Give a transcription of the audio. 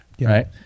right